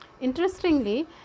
Interestingly